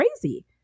crazy